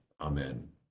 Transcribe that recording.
Amen